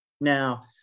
Now